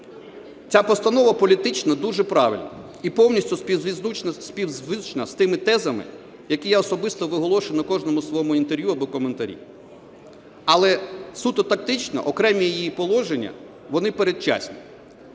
Ця постанова політично дуже правильна і повністю співзвучна з тими тезами, які я особисто виголошую на кожному своєму інтерв'ю або коментарі. Але суто тактично окремі її положення, вони передчасні.